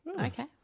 okay